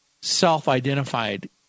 self-identified